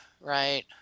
Right